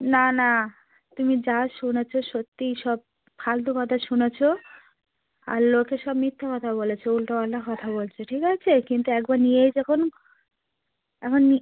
না না তুমি যা শুনেছ সত্যিই সব ফালতু কথা শুনেছ আর লোকে সব মিথ্যে কথা বলেছে উলটোপালটা কথা বলেছে ঠিক আছে কিন্তু একবার নিয়েই দেখুন একবার